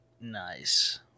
Nice